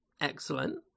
Excellent